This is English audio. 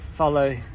Follow